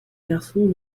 garçon